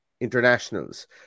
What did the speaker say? internationals